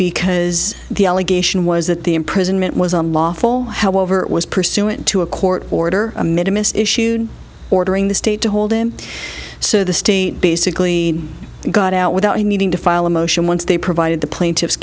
because the allegation was that the imprisonment was unlawful however it was pursuant to a court order a minimum issued ordering the state to hold him so the state basically got out without needing to file a motion once they provided the plaintiff